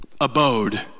abode